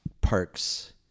parks